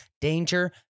danger